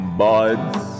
buds